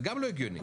זה גם לא הגיוני.